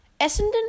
Essendon